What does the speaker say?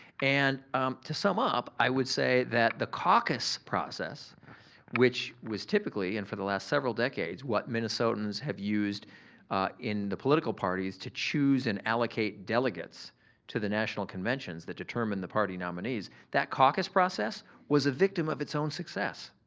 and to sum up, i would say that the caucus process which was typically and for the last several decades what minnesotans have used in the political parties to choose and allocate delegates to the national conventions that determine the party nominees that caucus process was a victim of its own success.